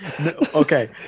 okay